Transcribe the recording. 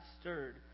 stirred